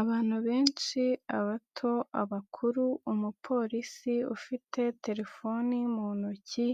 Abantu benshi, abato, abakuru, umupolisi ufite telefoni mu ntoki,